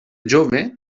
jove